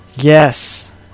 Yes